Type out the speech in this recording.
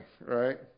right